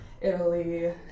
Italy